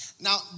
Now